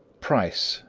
price,